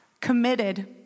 committed